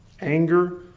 Anger